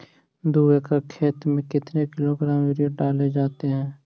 दू एकड़ खेत में कितने किलोग्राम यूरिया डाले जाते हैं?